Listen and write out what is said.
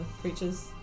creatures